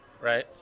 right